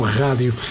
rádio